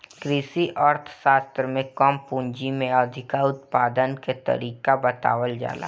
कृषि अर्थशास्त्र में कम पूंजी में अधिका उत्पादन के तरीका बतावल जाला